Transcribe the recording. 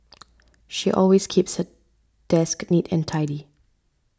she always keeps her desk neat and tidy